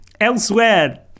Elsewhere